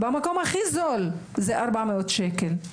במקום הכי זול זה 400 שקל,